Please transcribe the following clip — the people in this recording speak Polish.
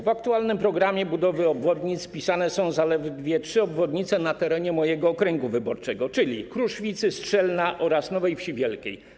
W aktualnym programie budowy obwodnic wpisane są zaledwie trzy obwodnice na terenie mojego okręgu wyborczego, czyli obwodnice Kruszwicy, Strzelna oraz Nowej Wsi Wielkiej.